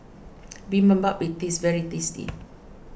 Bibimbap is very tasty